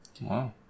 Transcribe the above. Wow